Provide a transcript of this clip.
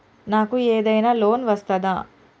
నాకు ఏదైనా లోన్ వస్తదా?